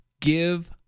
give